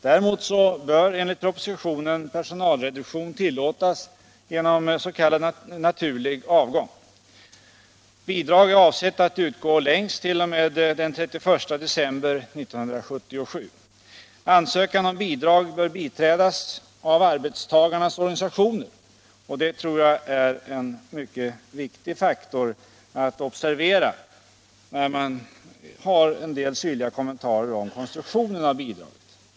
Däremot bör enligt propositionen personalreduktion tillåtas genom s.k. naturlig avgång. Bidrag är avsett att utgå längst t.o.m. den 31 december 1977. Ansökan om bidrag bör biträdas av arbetstagarnas organisationer. Det är en mycket viktig faktor att observera när det görs en del syrliga kommentarer om konstruktionen av bidraget.